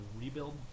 rebuild